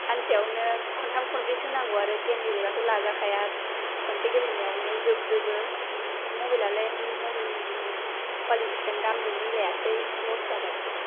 सानसेयावनो खनथाम खनब्रैसो होनांगौ आरो गेम गेलेबाथ' लाजाखाया खनसे गेलेनायावनो जोब जोबो मबाइलालाय मबाइसनि कुवालिटिजों दामजों मिलायासै लस जाबाय